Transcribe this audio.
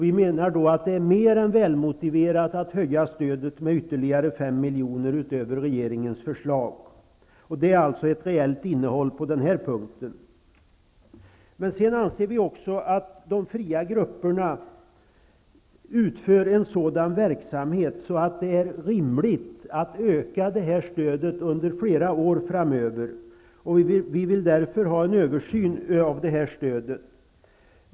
Vi menar att det är mer än välmotiverat att höja stödet med ytterligare fem miljoner kronor utöver regeringens förslag. Det är ett reellt innehåll på den här punkten. Sedan anser vi också att de fria grupperna har en sådan verksamhet att det är rimligt att öka detta stöd under flera år framöver. Vi vill därför ha en översyn av det här stödet.